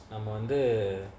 நம்ம வந்து:namma vanthu